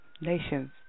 nations